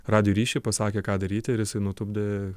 radijo ryšį pasakė ką daryti ir jisai nutupdė